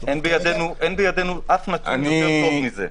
אין בידינו נתון טוב מזה.